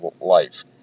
life